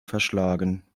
verschlagen